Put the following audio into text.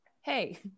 hey